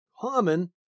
common